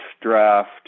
draft